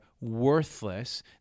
worthless